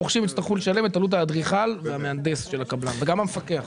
רוכשים יצטרכו לשלם את עלות האדריכל והמהנדס של הקבלן וגם המפקח.